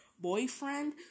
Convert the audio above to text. boyfriend